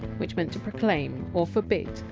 which meant to proclaim or forbid,